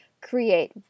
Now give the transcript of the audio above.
create